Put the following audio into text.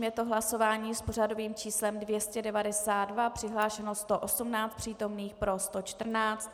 Je to hlasování s pořadovým číslem 292, přihlášeno 118 přítomných, pro 114.